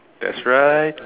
that's right